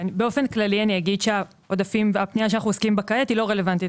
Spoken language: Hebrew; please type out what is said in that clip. באופן כללי אני אגיד שהפנייה שאנחנו עוסקים בה כעת היא לא רלוונטית.